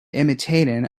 imitating